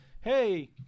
hey